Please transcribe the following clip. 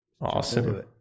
Awesome